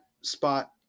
spot